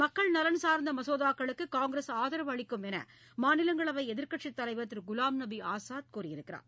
மக்கள் நலன் சார்ந்த மசோதாக்களுக்கு காங்கிரஸ் ஆதரவு அளிக்கும் என்று மாநிலங்களவை எதிர்க்கட்சித் தலைவர் திரு குலாம் நபி ஆஸாத் கூறினார்